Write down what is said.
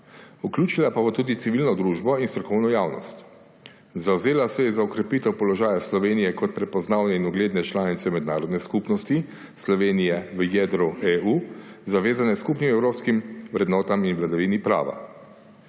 Vključila pa bo tudi civilno družbo in strokovno javnost. Zavzela se je za okrepitev položaja Slovenije kot prepoznavne in ugledne članice mednarodne skupnosti, Slovenije v jedru EU, zavezane skupnim evropskim vrednotam in vladavini prava.